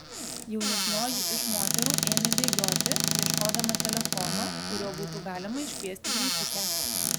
jaunesnioji iš moterų ėmė bėgioti ieškodama telefono kuriuo būtų galima iškviesti greitukę